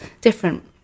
different